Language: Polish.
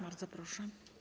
Bardzo proszę.